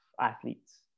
athletes